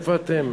איפה אתם?